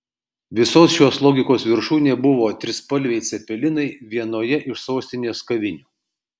visos šios logikos viršūnė buvo trispalviai cepelinai vienoje iš sostinės kavinių